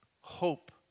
Hope